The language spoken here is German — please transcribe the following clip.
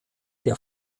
der